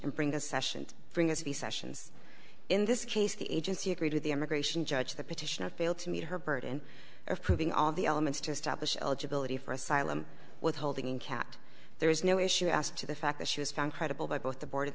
and bring those sessions bring us the sessions in this case the agency agreed with the immigration judge the petition of fail to meet her burden of proving all the elements to establish eligibility for asylum withholding cat there is no issue as to the fact that she was found credible by both the board